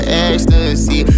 ecstasy